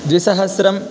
द्विसहस्रं